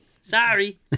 Sorry